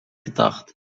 gedacht